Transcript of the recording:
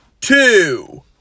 two